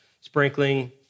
sprinkling